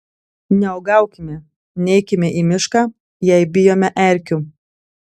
neuogaukime neikime į mišką jei bijome erkių